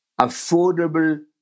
affordable